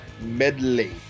medley